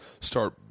start